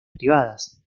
privadas